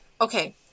okay